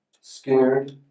Scared